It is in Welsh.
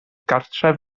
gartref